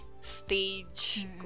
stage